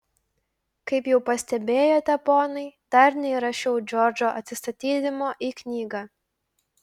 kaip jau pastebėjote ponai dar neįrašiau džordžo atsistatydinimo į knygą